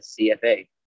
CFA